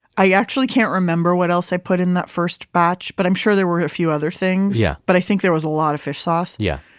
i actually can't remember what else i put in that first batch, but i'm sure there were a few other things. yeah but i think there was a lot of fish sauce yeah.